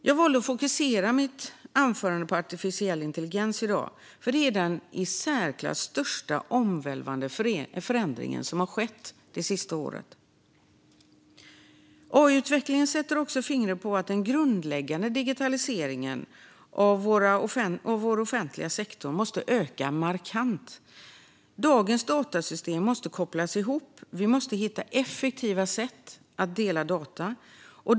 Jag valde att i mitt anförande i dag fokusera på artificiell intelligens därför att det är den i särklass största och mest omvälvande förändring som har skett det senaste året. AI-utvecklingen sätter också fingret på att den grundläggande digitaliseringen av vår offentliga sektor måste öka markant. Dagens datasystem måste kopplas ihop, och vi måste hitta effektiva sätt att dela data.